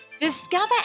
Discover